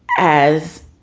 as